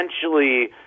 essentially –